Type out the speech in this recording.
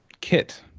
kit